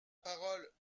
parole